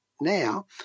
now